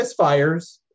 misfires